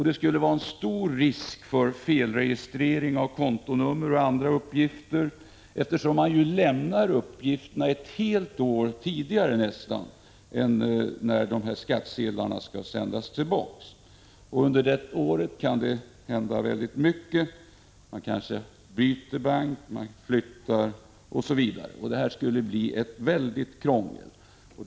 Det skulle innebära stor risk för felregistrering av kontonummer och andra uppgifter, eftersom vi lämnar uppgifterna nästan ett helt år innan skattsedlarna skall sändas tillbaka. Under ett år kan det hända väldigt mycket. Man kanske byter bank, flyttar, osv. Det skulle innebära väldigt krångel.